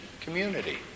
community